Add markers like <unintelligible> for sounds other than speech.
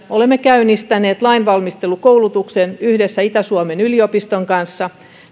<unintelligible> olemme käynnistäneet lainvalmistelukoulutuksen yhdessä itä suomen yliopiston kanssa